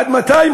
עד מתי,